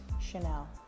Chanel